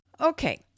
Okay